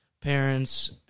parents